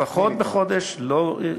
לפחות בחודש לא,